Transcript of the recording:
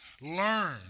Learn